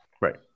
right